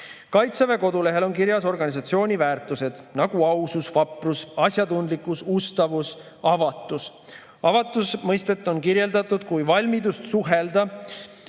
Kaitseväe kodulehel on kirjas organisatsiooni väärtused, nagu ausus, vaprus, asjatundlikkus, ustavus, avatus. Avatuse mõistet on kirjeldatud kui valmidust suhelda,